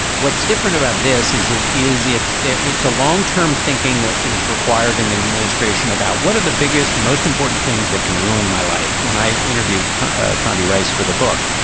what's different about this is it is it's there. it's a long term thinking that is required in administration about what are the biggest, most important things that can ruin my life. when i interviewed condi rice for the book,